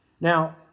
Now